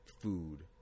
food